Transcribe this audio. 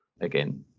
again